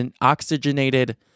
oxygenated